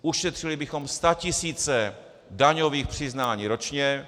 Ušetřili bychom statisíce daňových přiznání ročně.